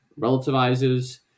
relativizes